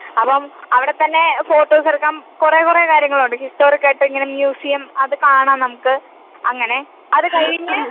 അപ്പം അവിടെത്തന്നെ ഫോട്ടോസ് എടുക്കാം കുറെ കുറെ കാര്യങ്ങളുണ്ട് ഹിസ്റ്റോറിക്കായിട്ട് ഇങ്ങനെ മ്യൂസിയം അത് കാണാം നമുക്ക് അങ്ങനെ അതു കഴിഞ്ഞ്